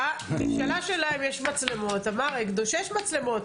נשאלה שאלה אם יש מצלמות, הגדוש אמר שיש מצלמות.